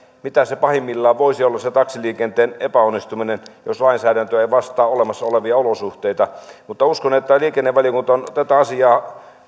mitä pahimmillaan voisi olla se taksiliikenteen epäonnistuminen jos lainsäädäntö ei vastaa olemassa olevia olosuhteita mutta uskon että liikennevaliokunta on tätä asiaa